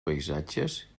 paisatges